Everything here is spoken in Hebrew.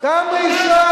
כמה אפשר